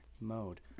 mode